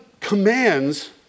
commands